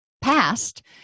past